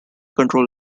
control